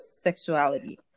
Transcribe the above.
sexuality